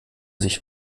sich